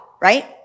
right